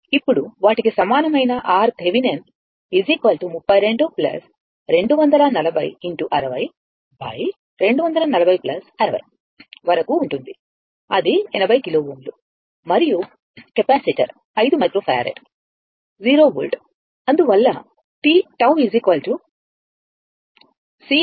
ఇప్పుడు వాటికి సమానమైన RThevenin 32 240 60 వరకు ఉంటుంది అది 80 కిలో Ω మరియు కెపాసిటర్ 5 మైక్రోఫారాడ్ 0వోల్ట్ అందువల్ల τ C RThevenin